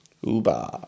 Uber